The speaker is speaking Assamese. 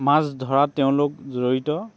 মাছ ধৰাত তেওঁলোক জড়িত